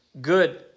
good